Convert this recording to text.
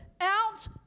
out